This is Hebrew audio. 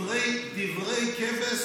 דברי כבש